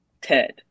Ted